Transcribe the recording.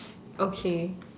okay